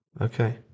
Okay